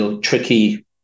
tricky